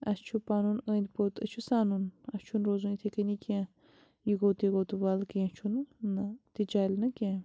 اسہِ چھُ پَنُن أنٛدۍ پوٚت أسۍ چھُ سَنُن اسہِ چھُنہٕ روزُن یِتھٔے کٔنی کیٚنٛہہ یہِ گوٚو تہِ گوٚو تہٕ وَلہٕ کیٚنٛہہ چھُنہٕ نَہ تہِ چَلہِ نہٕ کیٚنٛہہ